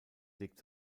legt